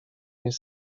jest